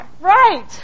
Right